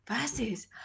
versus